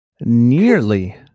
nearly